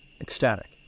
ecstatic